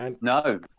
No